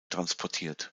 transportiert